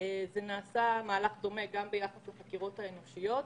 נעשה גם ביחס לחקירות האנושיות.